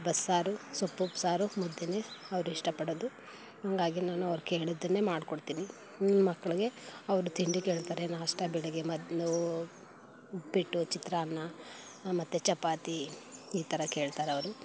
ಬಸ್ಸಾರು ಸೊಪ್ಪು ಸಾರು ಮುದ್ದೆಯೇ ಅವ್ರು ಇಷ್ಟಪಡೋದು ಹಂಗಾಗಿ ನಾನು ಅವ್ರು ಕೇಳಿದ್ದನ್ನೇ ಮಾಡ್ಕೊಡ್ತೀನಿ ನನ್ನ ಮಕ್ಕಳಿಗೆ ಅವ್ರು ತಿಂಡಿ ಕೇಳ್ತಾರೆ ನಾಷ್ಟ ಬೆಳಗ್ಗೆ ಉಪ್ಪಿಟ್ಟು ಚಿತ್ರಾನ್ನ ಮತ್ತು ಚಪಾತಿ ಈ ಥರ ಕೇಳ್ತಾರೆ ಅವರು